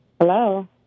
Hello